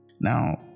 now